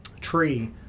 tree